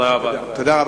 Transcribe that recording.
תודה רבה.